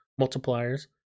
multipliers